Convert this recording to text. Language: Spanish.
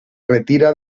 retira